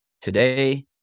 today